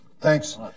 Thanks